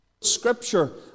Scripture